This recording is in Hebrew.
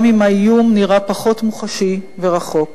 גם אם האיום נראה פחות מוחשי ורחוק.